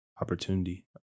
opportunity